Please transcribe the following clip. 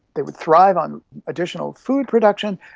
they would thrive on additional food production,